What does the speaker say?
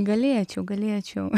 galėčiau galėčiau